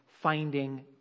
finding